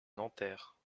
nanterre